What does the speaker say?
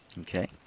Okay